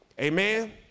Amen